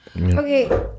Okay